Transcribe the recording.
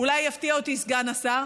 אולי יפתיע אותי סגן השר,